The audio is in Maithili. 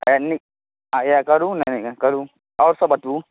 हैया करू ने करू आओर सब बतबू